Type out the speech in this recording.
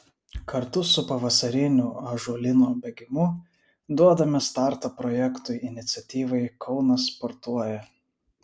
kartu su pavasariniu ąžuolyno bėgimu duodame startą projektui iniciatyvai kaunas sportuoja